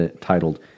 titled